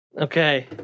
Okay